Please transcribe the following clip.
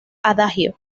adagio